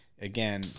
again